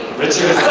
richard